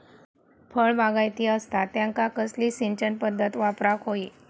फळबागायती असता त्यांका कसली सिंचन पदधत वापराक होई?